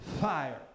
fire